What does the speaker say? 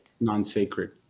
Non-sacred